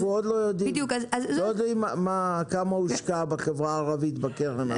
אנחנו עוד לא יודעים כמה הושקע בחברה הערבית על ידי הקרן הזאת.